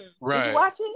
Right